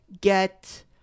get